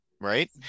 Right